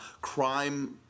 crime